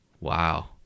Wow